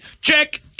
Check